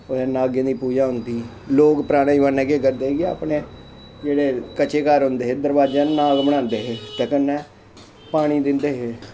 नागें दी पूज़ा होंदी लोग परानै जमानै केह् करदे हे कि अपे जेह्ड़े कच्चे घर होंदे हे दरवाजें पर नाग बनांदे हे ते कन्नै पानी दिंदे हे